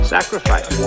sacrifice